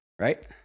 right